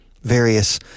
various